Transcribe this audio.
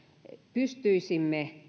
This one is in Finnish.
pystyisimme